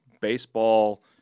baseball –